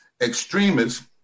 Extremists